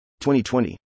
2020